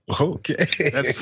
okay